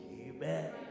Amen